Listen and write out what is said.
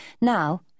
Now